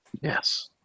yes